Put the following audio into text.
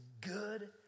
good